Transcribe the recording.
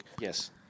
Yes